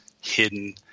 hidden